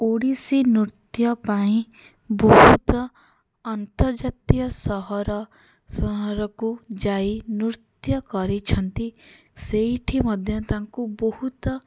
ଓଡ଼ିଶୀ ନୃତ୍ୟ ପାଇଁ ବହୁତ ଆନ୍ତର୍ଜାତୀୟ ସହର ସହରକୁ ଯାଇ ନୃତ୍ୟ କରିଛନ୍ତି ସେଇଠି ମଧ୍ୟ ତାଙ୍କୁ ବହୁତ